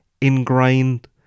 ingrained